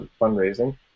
fundraising